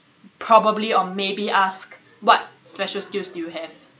probably or maybe ask what special skills do you have